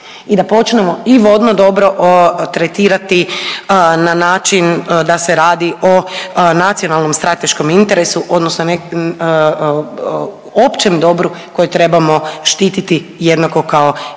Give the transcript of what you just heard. I da počnemo i vodno dobro tretirati na način da se radi o nacionalnom strateškom interesu odnosno općem dobru koje trebamo štiti jednako kao i